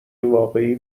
واقعی